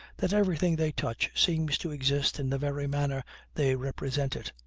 that everything they touch seems to exist in the very manner they represent it